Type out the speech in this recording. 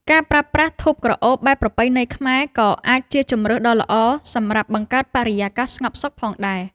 ការប្រើប្រាស់ធូបក្រអូបបែបប្រពៃណីខ្មែរ ក៏អាចជាជម្រើសដ៏ល្អសម្រាប់បង្កើតបរិយាកាសស្ងប់សុខផងដែរ។